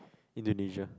Indonesia